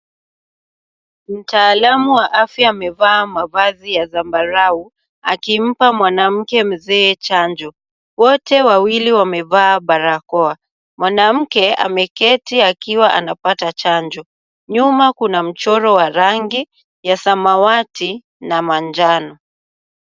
Mtaalamu wa afya amevaa mavazi ya zambarau, akimpa mwanamke mzee chanjo. Wote wawili wamevaa barakoa. Mwanamke ameketi akiwa anapata chanjo. Nyuma kuna mchoro wa rangi ya samawati na manjano.